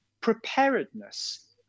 preparedness